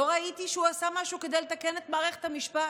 לא ראיתי שהוא עשה משהו כדי לתקן את מערכת המשפט.